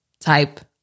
type